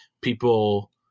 people